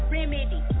Remedy